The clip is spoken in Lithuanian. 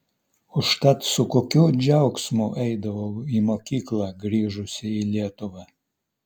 užtat su kokiu džiaugsmu eidavau į mokyklą grįžusi į lietuvą